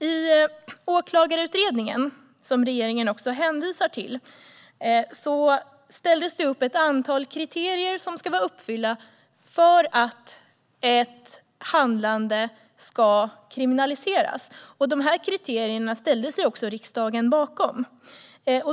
I Åklagarutredningen, som regeringen hänvisar till, ställs det upp ett antal kriterier som ska vara uppfyllda för att ett handlande ska kriminaliseras. Dessa kriterier ställde sig också riksdagen bakom.